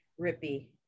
Rippy